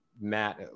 Matt